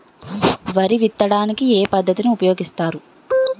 వరి విత్తడానికి ఏ పద్ధతిని ఉపయోగిస్తారు?